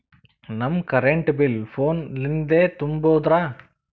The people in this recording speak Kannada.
ನಮ್ ಕರೆಂಟ್ ಬಿಲ್ ಫೋನ ಲಿಂದೇ ತುಂಬೌದ್ರಾ?